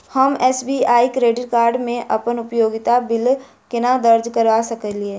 हम SBI credit card मे अप्पन उपयोगिता बिल केना दर्ज करऽ सकलिये?